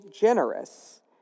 generous